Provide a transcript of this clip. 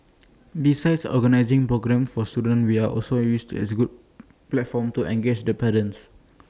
besides organising programmes for students we are also use to as A good platform to engage the parents